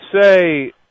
say